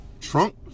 trunk